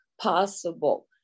possible